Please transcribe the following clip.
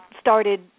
started